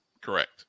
Correct